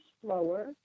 slower